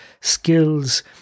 skills